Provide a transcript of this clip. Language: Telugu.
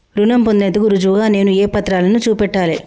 రుణం పొందేందుకు రుజువుగా నేను ఏ పత్రాలను చూపెట్టాలె?